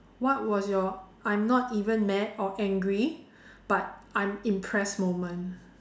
what was your I'm not even mad or angry but I'm impressed moment